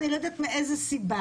אני לא יודעת מאיזו סיבה,